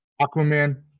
Aquaman